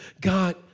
God